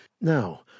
Now